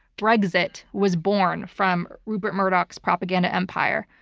brexit was born from rupert murdoch's propaganda empire.